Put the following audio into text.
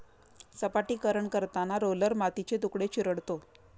सपाटीकरण करताना रोलर मातीचे तुकडे चिरडतो